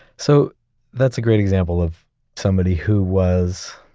so that's a great example of somebody who was,